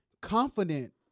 Confident